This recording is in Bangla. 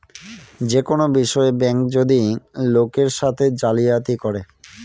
যে কোনো বিষয়ে ব্যাঙ্ক যদি লোকের সাথে জালিয়াতি করে